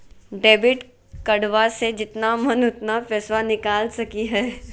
Debit कार्डबा से जितना मन उतना पेसबा निकाल सकी हय?